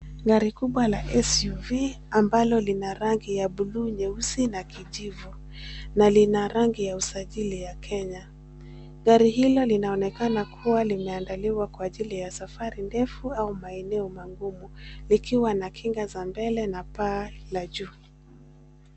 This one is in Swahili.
Gari kubwa la SUV ambalo lina rangi ya buluu, nyeusi na kijivu na lina rangi ya usajili ya Kenya. Gari hilo linaonekana kuwa limeandaliwa kwa ajili ya safari ndefu au maeneo magumu, likiwa na kinga za mbele na paa la juu.